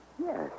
Yes